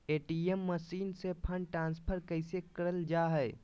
ATM machine से fund transfer कैसे करल जा है?